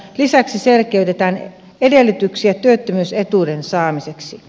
lisäksi selkeytetään edellytyksiä työttömyysetuuden saamiseksi